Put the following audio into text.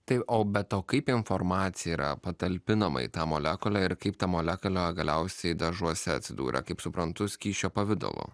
tai o bet o kaip informacija yra patalpinama į tą molekulę ir kaip ta molekulė galiausiai dažuose atsidūrė kaip suprantu skysčio pavidalu